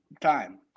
time